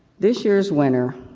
this years winner,